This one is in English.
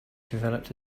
developed